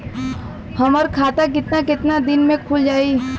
हमर खाता कितना केतना दिन में खुल जाई?